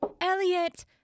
Elliot